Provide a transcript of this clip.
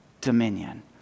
dominion